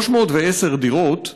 310 דירות,